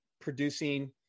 producing